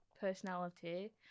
personality